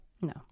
no